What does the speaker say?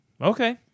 okay